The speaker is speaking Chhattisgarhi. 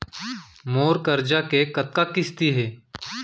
मोर करजा के कतका किस्ती हे?